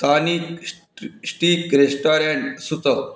स्थानिक स्टी steak restaurant सुचव